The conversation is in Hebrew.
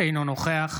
אינו נוכח